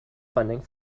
funding